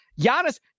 Giannis